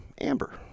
Amber